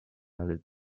added